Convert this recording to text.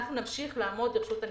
אנחנו נמשיך לעמוד לרשות הניצולים,